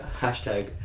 hashtag